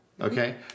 Okay